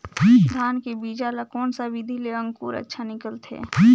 धान के बीजा ला कोन सा विधि ले अंकुर अच्छा निकलथे?